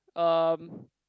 um